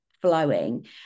flowing